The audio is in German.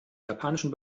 japanischen